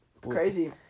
Crazy